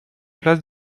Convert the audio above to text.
place